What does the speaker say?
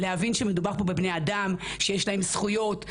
להבין שמדובר פה בבני אדם שיש להם זכויות,